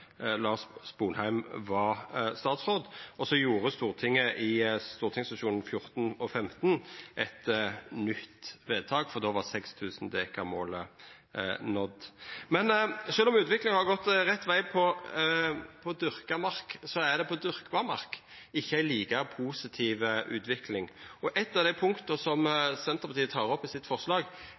Lars Sponheim var statsråd. Så gjorde Stortinget i stortingssesjonen 2014–2015 eit nytt vedtak, for då var målet om 6 000 dekar nådd. Men sjølv om utviklinga på dyrka mark har gått rett veg, er det ikkje ei like positiv utvikling på dyrkbar mark. Eitt av dei punkta som Senterpartiet tek opp i forslaget sitt,